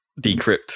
decrypt